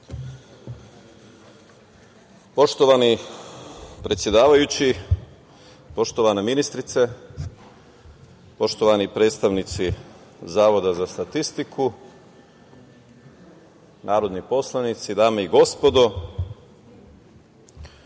Poštovani predsedavajući, poštovana ministrice, poštovani predstavnici Zavoda za statistiku, narodni poslanici, dame i gospodo,